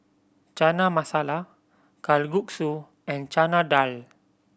Chana Masala Kalguksu and Chana Dal